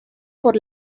por